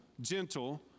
gentle